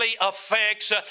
affects